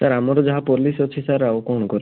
sir ଆମର ଯାହା policy ଅଛି ସାର୍ ଆଉ କଣ କରିବା